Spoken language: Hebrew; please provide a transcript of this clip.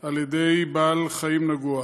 על ידי בעל חיים נגוע.